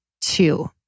two